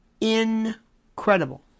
incredible